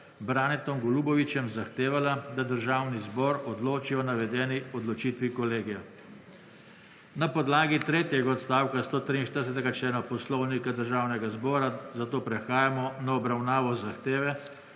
Branetom Golubovićem zahtevala, da Državni zbor odloči o navedeni odločitvi kolegija. Na podlagi tretjega odstavka 143. člena Poslovnika Državnega zbora prehajamo na obravnavo zahteve,